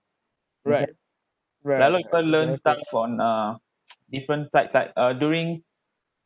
you understand like a lot people learned stuff on uh different sites like uh during